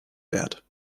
wert